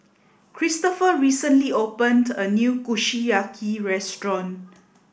Christopher recently opened a new Kushiyaki Restaurant